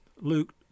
Luke